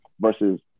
versus